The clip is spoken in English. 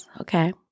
okay